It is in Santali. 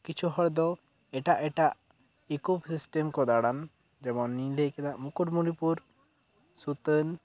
ᱠᱤᱪᱷᱩ ᱦᱚᱲ ᱫᱚ ᱮᱴᱟᱜ ᱮᱴᱟᱜ ᱤᱠᱚᱥᱤᱥᱴᱮᱢ ᱠᱚ ᱫᱟᱬᱟᱱ ᱡᱮᱢᱚᱱ ᱤᱧ ᱞᱟᱹᱭ ᱠᱮᱫᱟ ᱢᱩᱠᱩᱴᱢᱩᱱᱤᱯᱩᱨ ᱥᱩᱛᱟᱹᱱ